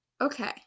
okay